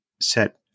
set